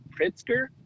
Pritzker